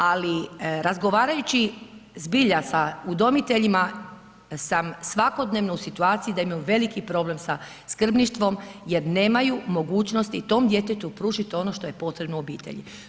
Ali, razgovarajući zbilja sa udomiteljima sam svakodnevno u situaciji da imaju veliki problem sa skrbništvom jer nemaju mogućnosti tom djetetu pružiti ono što je potrebno u obitelji.